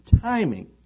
timing